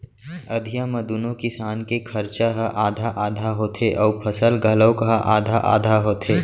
अधिया म दूनो किसान के खरचा ह आधा आधा होथे अउ फसल घलौक ह आधा आधा होथे